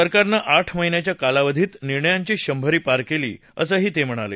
सरकारन आठ महिन्यांच्या कालावधीत निर्णयांची शंभरी पार केली असं ते म्हणाले